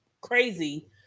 crazy